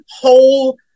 whole